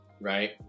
right